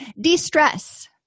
De-stress